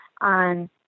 on